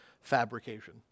fabrication